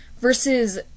versus